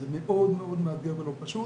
זה מאוד מאוד מאתגר ולא פשוט